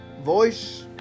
voice